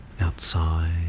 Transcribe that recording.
outside